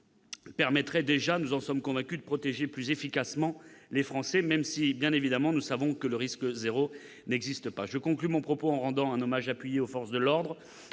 permettraient déjà, nous en sommes convaincus, de protéger plus efficacement les Français, même si, bien évidemment, nous savons que le risque zéro n'existe pas ! Je conclus mon propos en rendant un hommage appuyé aux forces de l'ordre,